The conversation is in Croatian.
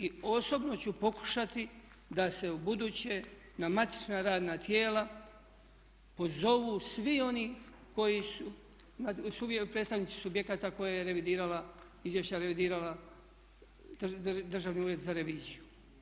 I osobno ću pokušati da se ubuduće na matična radna tijela pozovu svi oni koji su predstavnici subjekata koje je revidirala, izvješća revidirala Državni ured za reviziju.